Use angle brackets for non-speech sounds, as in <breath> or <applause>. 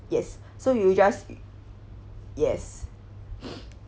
yes so you'll just yes <breath>